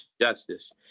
justice